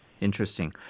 Interesting